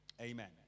Amen